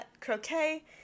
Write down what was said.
croquet